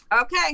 Okay